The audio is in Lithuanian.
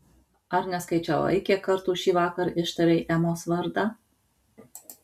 ar neskaičiavai kiek kartų šįvakar ištarei emos vardą